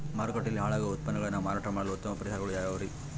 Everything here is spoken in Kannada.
ಮಾರುಕಟ್ಟೆಯಲ್ಲಿ ಹಾಳಾಗುವ ಉತ್ಪನ್ನಗಳನ್ನ ಮಾರಾಟ ಮಾಡಲು ಉತ್ತಮ ಪರಿಹಾರಗಳು ಯಾವ್ಯಾವುರಿ?